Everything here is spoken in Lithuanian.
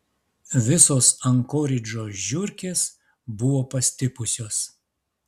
visos ankoridžo žiurkės buvo pastipusios